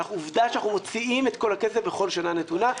העובדה שאנחנו מוציאים את כל הכסף בכל שנה נתונה.